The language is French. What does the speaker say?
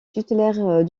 titulaire